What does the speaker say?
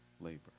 labor